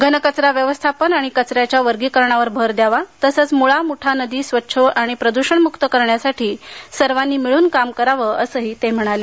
घनकचरा व्यवस्थापन व कचऱ्याच्या वर्गीकरणावर भर द्यावा तसंच मुळा मुठा नदी स्वच्छ व प्रद्षणमुक्त करण्यासाठी सर्वांनी मिळन काम करावे असंही त्यांनी सांगितलं